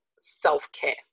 self-care